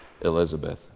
Elizabeth